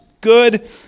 good